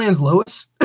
Lois